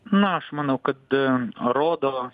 na aš manau kad rodo